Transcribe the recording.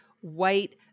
white